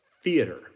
theater